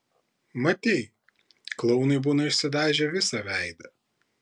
matei klounai būna išsidažę visą veidą